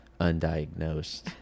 undiagnosed